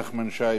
מירי רגב,